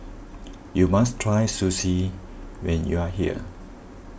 you must try Sushi when you are here